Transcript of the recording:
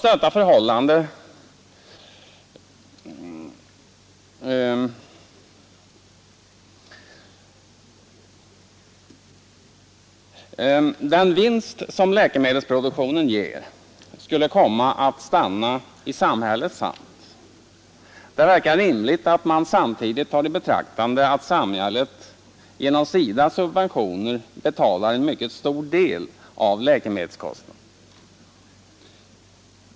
Den vinst som läkemedelsproduktionen ger skulle komma att stanna i samhällets hand. Detta verkar rimligt om man samtidigt tar i betraktande, att samhället genom sina subventioner betalar en mycket stor del av läkemedelskostnaderna.